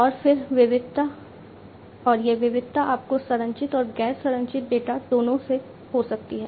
और फिर विविधता और यह विविधता आपको संरचित और गैर संरचित डेटा दोनों से हो सकती है